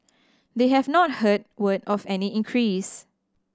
they have not heard word of any increase